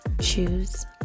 choose